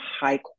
high